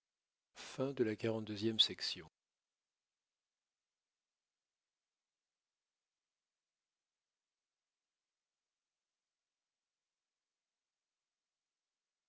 de la lune